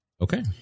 Okay